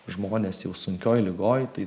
žmonės jau sunkioj ligoj tai